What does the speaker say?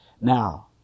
now